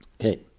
Okay